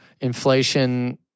inflation